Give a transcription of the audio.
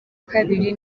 kabiri